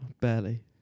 Barely